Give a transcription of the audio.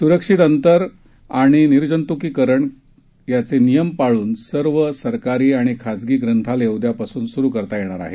सुरक्षित अंतर आणि निरजंतुकी करणाचे नियम पाळ्न सर्व सरकारी आणि खासगी ग्रंथालयं उदयापासून सूरु करता येतील